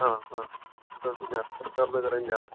हा हा तत्तु जनाः प्रताप्नगरं जनाः